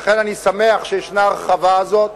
לכן אני שמח שישנה ההרחבה הזאת.